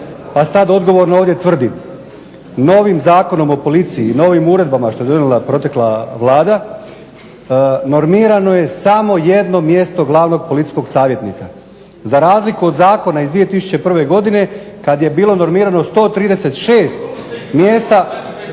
pa sad odgovorno ovdje tvrdim, novim Zakonom o policiji i novim uredbama što je donijela protekla Vlada normirano je samo jedno mjesto …/Govornik se ne razumije./… policijskog savjetnika, za razliku od zakona iz 2001. godine kad je bilo normirano 136 mjesta.